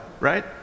right